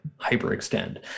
hyperextend